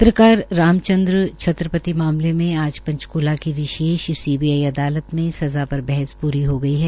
पत्रकार राम चन्द्र छत्रपति मामले में आज पंचकूला की विशेष अदालत सीबीआई अदालत में सज़ा पर बहस प्री हो गई है